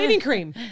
cream